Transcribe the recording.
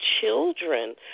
children